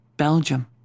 Belgium